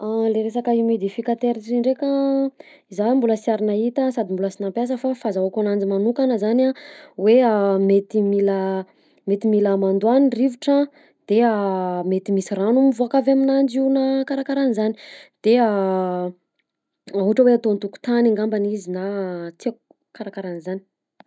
Le resaka humidificateur ty ndraika, za mbola sy ary nahita sady mbola sy nampiasa fa fahazahoako ananjy manokana zany a hoe mety mila mety mila hamandoà ny rivotra de mety misy rano mivoaka avy aminanjy io na karakarahan'zany de ohatra hoe atao an-tokontany angambany izy na tsy haiko, karakarahan'zany.